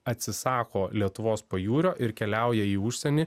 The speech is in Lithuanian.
atsisako lietuvos pajūrio ir keliauja į užsienį